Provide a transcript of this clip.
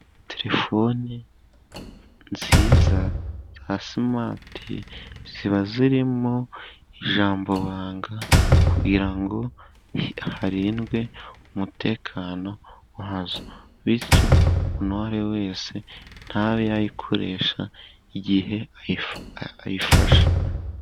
Telefone nziza za simati, ziba zirimo ijambo banga kugira ngo harindwe umutekano wazo, bityo umuntu uwo ari we wese ntabe yayikoresha igihe ayifashe.